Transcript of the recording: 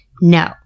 no